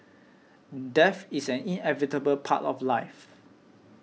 death is inevitable part of life